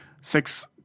six